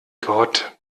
gott